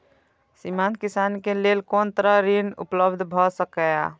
सीमांत किसान के लेल कोन तरहक ऋण उपलब्ध भ सकेया?